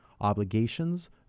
obligations